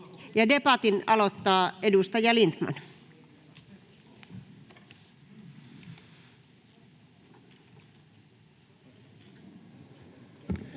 — Debatin aloittaa edustaja Lindtman.